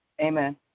Amen